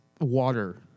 water